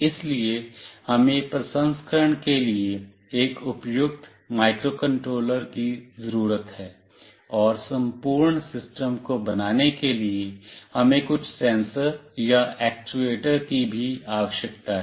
इसलिए हमें प्रसंस्करण के लिए एक उपयुक्त माइक्रोकंट्रोलर की ज़रूरत है और संपूर्ण सिस्टम को बनाने के लिए हमें कुछ सेंसर या एक्चुएटर की भी आवश्यकता है